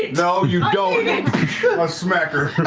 no, you don't! i smack her.